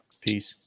Peace